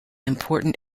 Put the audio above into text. important